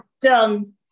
done